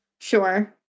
sure